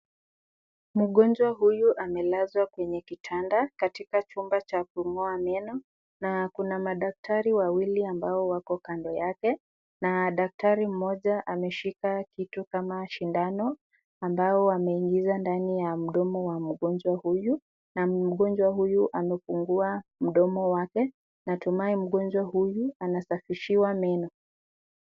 Mgonjwa huyu amelaswa kwenye kitanda katika chumba cha kung'oa meno na kina daktari wawili ambao wako kando yao na daktari moja ameshika kitu kama sindano ambaye amaingiza mdomo ya mgonjwa huyu, mgonjwa huyu amefungua mdomo natumai mgonjwa huyu anasafishiwa meno.